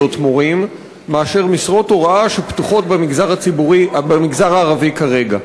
מורים מאשר משרות הוראה שפתוחות במגזר הערבי כרגע.